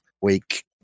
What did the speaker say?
week